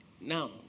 now